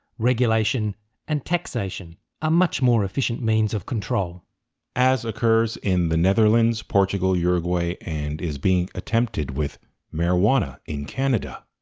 regulation and taxation are much more efficient means of control as occurs in the netherlands, portugal, uruguay, and is being attempted with marijuana in canada.